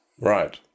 Right